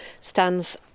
stands